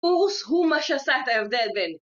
אוס הוא מה שעשה את ההבדל בין.